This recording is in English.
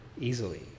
easily